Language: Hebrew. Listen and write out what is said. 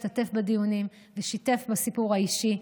השתתף בדיונים ושיתף בסיפור האישי,